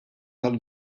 tal